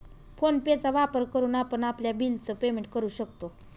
phone पे चा वापर करून आपण आपल्या बिल च पेमेंट करू शकतो